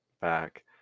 back